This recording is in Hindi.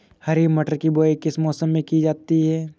हरी मटर की बुवाई किस मौसम में की जाती है?